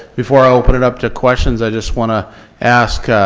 before i'll open it up to questions i just want to ask, ah